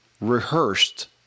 rehearsed